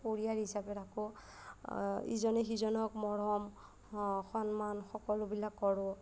পৰিয়াল হিচাপে থাকোঁ ইজনে সিজনক মৰম সন্মান সকলোবিলাক কৰোঁ